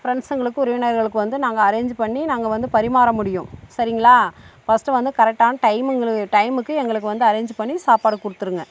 ஃப்ரெண்ட்ஸுங்களுக்கும் உறவினர்களுக்கும் வந்து நாங்கள் அரேஞ்சு பண்ணி நாங்கள் வந்து பரிமாற முடியும் சரிங்களா ஃபர்ஸ்ட் வந்து கரெக்டான டைமிங்கள் டைமுக்கு எங்களுக்கு வந்து அரேஞ்சு பண்ணி சாப்பாடு கொடுத்துருங்க